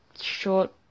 short